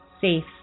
safe